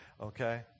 Okay